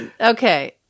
okay